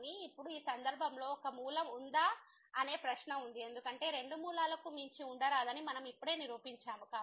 కానీ ఇప్పుడు ఈ సందర్భంలో ఒక మూలం ఉందా అనే ప్రశ్న ఉంది ఎందుకంటే రెండు మూలాలకు మించి ఉండరాదని మనము ఇప్పుడే నిరూపించాము